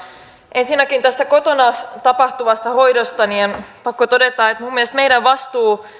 ensinnäkin tästä kotona tapahtuvasta hoidosta on pakko todeta että minun mielestäni meidän vastuumme